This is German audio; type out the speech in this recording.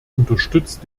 unterstützt